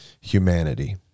humanity